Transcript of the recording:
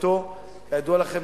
כידוע לכם,